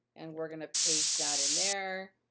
and we're gonna paste that in there.